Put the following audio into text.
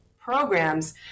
programs